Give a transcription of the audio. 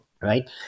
right